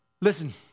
Listen